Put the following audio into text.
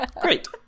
Great